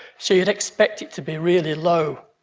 so you'd expected to be really low,